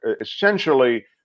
essentially